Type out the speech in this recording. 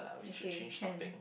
okay can